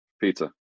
Pizza